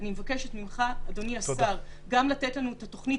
אני מבקשת ממך לתת לנו את התוכנית